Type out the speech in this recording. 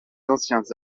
anciens